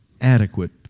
adequate